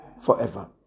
forever